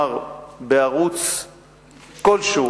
שנאמר בערוץ כלשהו,